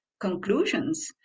conclusions